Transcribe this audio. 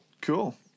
Cool